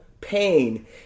pain